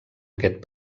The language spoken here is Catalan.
aquest